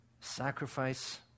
sacrifice